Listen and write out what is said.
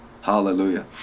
Hallelujah